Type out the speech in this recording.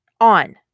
on